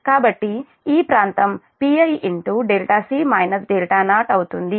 కాబట్టి ఈ ప్రాంతం Pi అవుతుంది